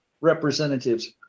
representatives